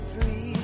free